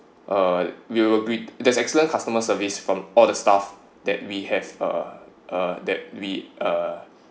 uh we will agreed that's excellent customer service from all the staff that we have uh uh that we uh